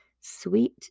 sweet